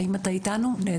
בבקשה.